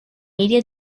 media